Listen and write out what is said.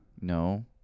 No